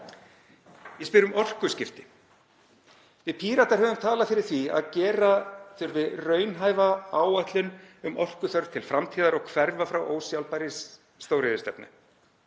Ég spyr um orkuskipti. Við Píratar höfum talað fyrir því að gera þurfi raunhæfa áætlun um orkuþörf til framtíðar og hverfa frá ósjálfbærri stóriðjustefnu.